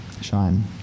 Shine